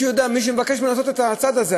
שהוא יודע מי מבקש ממנו לעשות את הצעד הזה.